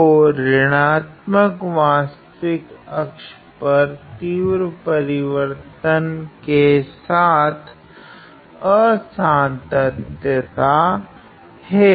तो ऋणात्मक वास्तविक अक्ष पर तीव्र परिवर्तन के साथ असांतत्यता है